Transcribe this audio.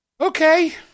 Okay